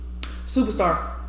Superstar